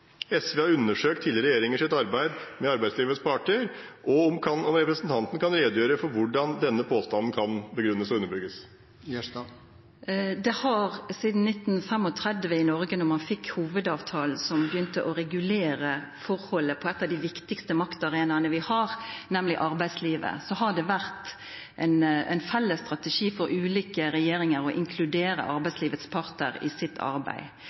har SV undersøkt tidligere regjeringers samarbeid med arbeidslivets parter, og kan representanten redegjøre for hvordan denne påstanden kan begrunnes og underbygges? Det har sidan 1935, då vi fekk hovudavtalen i Noreg, som begynte å regulera forholdet på ein av dei viktigaste maktarenaene vi har, nemleg arbeidslivet, vore ein felles strategi for ulike regjeringar å inkludera partane i arbeidslivet i sitt arbeid.